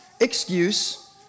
excuse